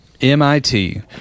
MIT